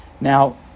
Now